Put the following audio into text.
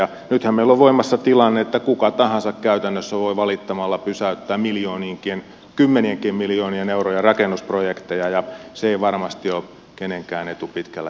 nythän meillä on voimassa tilanne että kuka tahansa käytännössä voi valittamalla pysäyttää kymmenienkin miljoonien eurojen rakennusprojekteja ja se ei varmasti ole kenenkään etu pitkällä tähtäimellä